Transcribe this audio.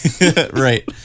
right